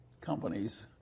companies